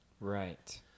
Right